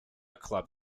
club